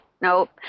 Nope